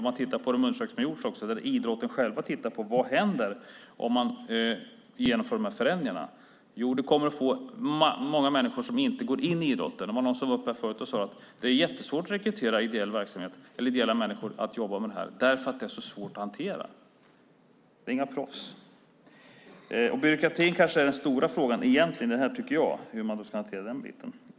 Man kan också titta på de undersökningar som har gjorts där idrotten själv har tittat på vad som händer om man genomför de här förändringarna. Det kommer att bli många människor som inte går in i idrotten. Det var någon som var uppe här förut och sade att det är jättesvårt att rekrytera människor till ideell verksamhet, för det här är svårt att hantera. Dessa människor är inga proffs. Byråkratin är kanske egentligen den stora frågan i det här, hur man ska hantera den biten.